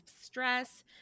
stress